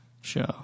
Show